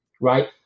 Right